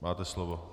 Máte slovo.